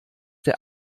der